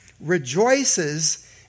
rejoices